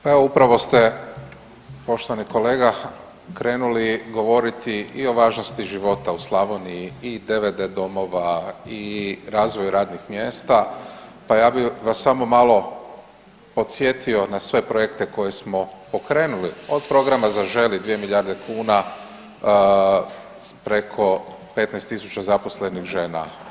Pa evo upravo ste poštovani kolega krenuli govoriti i o važnosti života u Slavoniji i DVD domova i razvoju radnih mjesta, pa ja bih vas samo malo podsjetio na sve projekte koje smo pokrenuli od programa „Zaželi“ dvije milijarde kuna, preko 15000 zaposlenih žena.